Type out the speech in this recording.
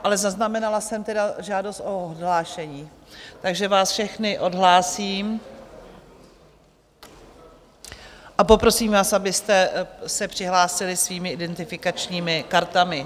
Ale zaznamenala jsem tedy žádost o odhlášení, takže vás všechny odhlásím a poprosím vás, abyste se přihlásili svými identifikačními kartami.